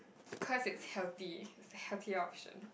cause it's healthy it's healthy option